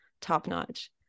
top-notch